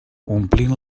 omplint